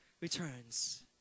returns